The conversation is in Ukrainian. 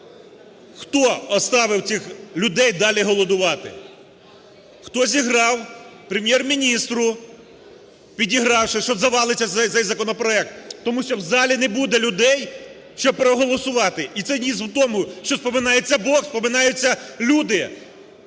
хто оставив цих людей далі голодувати? Хто зіграв, Прем'єр-міністру підігравши, що завалиться цей законопроект? Тому що в залі не буде людей, щоб проголосувати. І цинізм в тому, що споминається Бог, споминаються люди,